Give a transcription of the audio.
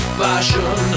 fashion